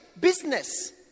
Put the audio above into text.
business